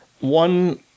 One